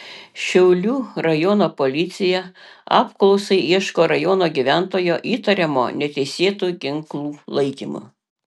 šiaulių rajono policija apklausai ieško rajono gyventojo įtariamo neteisėtu ginklu laikymu